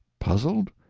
puzzled?